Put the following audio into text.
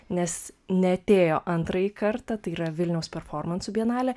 nes neatėjo antrąjį kartą tai yra vilniaus performansų bienalė